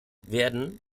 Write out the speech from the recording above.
werden